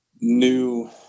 new